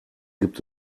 gibt